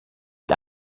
der